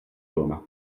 roma